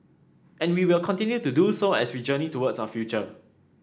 and we will continue to do so as we journey towards our future